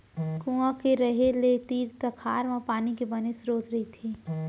कुँआ के रहें ले तीर तखार म पानी के बने सरोत रहिथे